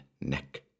neck